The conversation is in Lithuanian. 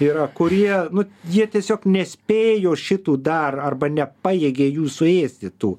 yra kurie nu jie tiesiog nespėjo šitų dar arba nepajėgė jų suėsti tų